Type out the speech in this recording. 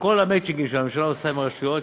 וכל המצ'ינגים שהממשלה עושה עם הרשויות,